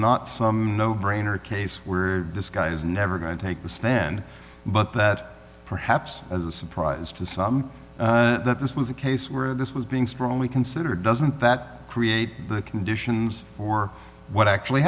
not some no brainer a case where this guy is never going to take the stand but that perhaps as a surprise to some that this was a case where this was being strongly considered doesn't that create the conditions for what actually